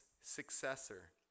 successor